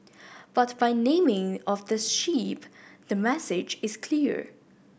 but by the naming of this ship the message is clear